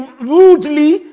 rudely